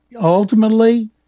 ultimately